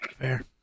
Fair